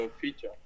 feature